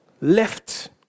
left